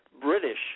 British